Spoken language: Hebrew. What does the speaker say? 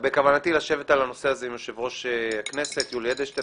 בכוונתי לשבת על הנושא הזה עם יושב-ראש הכנסת יולי אדלשטיין.